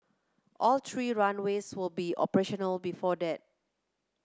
all three runways will be operational before that